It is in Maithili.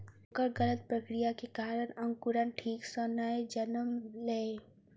ओकर गलत प्रक्रिया के कारण अंकुरण ठीक सॅ नै जनमलै